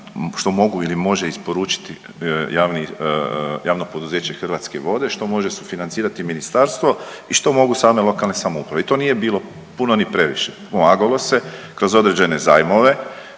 što može ili može isporučiti javno poduzeće Hrvatske vode, što može sufinancirati ministarstvo i što mogu same lokalne samouprave. I to nije bilo puno ni previše. Pomagalo se kroz određene zajmove